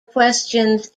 questions